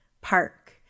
park